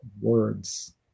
words